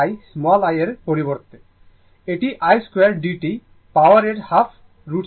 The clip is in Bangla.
i এর পরিবর্তে এটি i2dθ পাওয়ারের হাফ 2root হবে